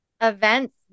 events